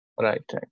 right